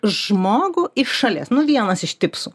žmogų iš šalies nu vienas iš tipsų